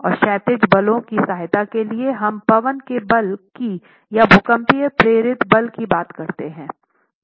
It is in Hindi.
और क्षैतिज बलों की सहायता के लिए हम पवन के बल की या भूकंप प्रेरित बल की बात करते हैं